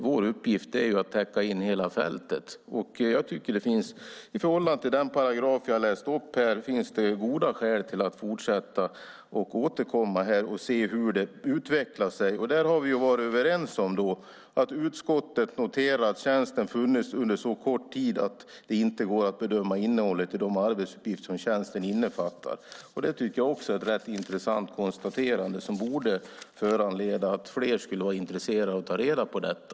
Vår uppgift är att täcka in hela fältet, och i förhållande till den paragraf jag har läst upp tycker jag att det finns goda skäl att fortsätta att återkomma och se hur det utvecklar sig. Där har vi varit överens om att utskottet noterar att tjänsten funnits under så kort tid att det inte går att bedöma innehållet i de arbetsuppgifter tjänsten innefattar. Det tycker jag också är ett rätt intressant konstaterande som borde föranleda att fler skulle vara intresserade av att ta reda på detta.